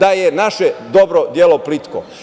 da je naše dobro delo plitko.